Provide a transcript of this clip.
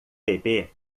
bebê